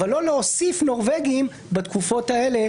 אבל לא להוסיף נורבגים בתקופות האלה?